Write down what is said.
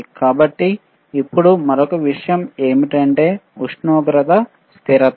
కాబట్టి ఇప్పుడు మరొక విషయం ఏమిటంటే ఉష్ణోగ్రత స్థిరత్వం